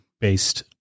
based